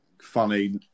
funny